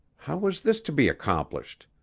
how was this to be accomplished?